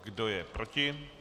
Kdo je proti?